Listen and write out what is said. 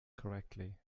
correctly